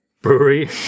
Brewery